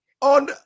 on